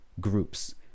groups